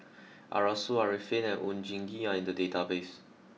Arasu Arifin and Oon Jin Gee are in the database